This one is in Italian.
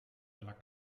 della